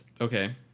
Okay